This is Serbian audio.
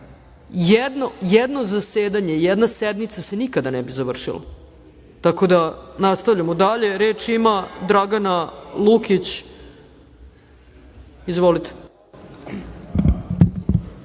jedno zasedanje, jedna sednica se nikada ne bi završila, tako da nastavljamo dalje. Reč ima Dragana Lukić, izvolite.